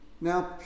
Now